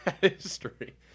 history